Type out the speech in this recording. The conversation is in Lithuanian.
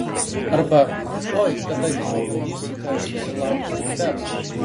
arba oi kada gi pabandysite susilaukti dukters